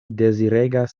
deziregas